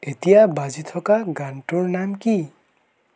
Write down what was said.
এতিয়া বাজি থকা গানটোৰ নাম কি